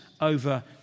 over